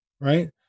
right